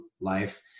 life